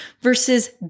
versus